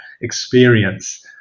experience